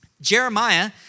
Jeremiah